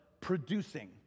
producing